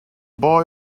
boy